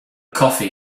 coffee